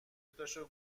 تاشو